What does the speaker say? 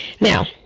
Now